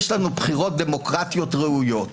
יש לנו בחירות דמוקרטיות ראויות.